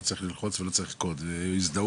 לא צריך ללחוץ ולא צריך קוד, זה הזדהות.